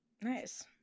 Nice